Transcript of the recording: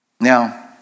Now